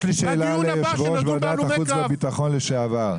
יושב ועדת החוץ והביטחון לשעבר,